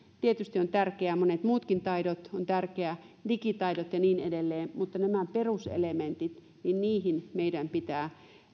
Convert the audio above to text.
tietysti ovat tärkeitä monet muutkin taidot tärkeitä ovat digitaidot ja niin edelleen mutta näihin peruselementteihin meidän pitää